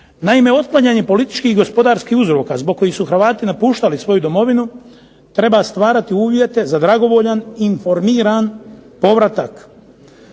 Naime, otklanjanje političkih i gospodarskih uzroka zbog kojih su Hrvati napuštali svoju domovinu treba stvarati uvjete za dragovoljan, informiran povratak.